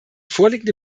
vorliegende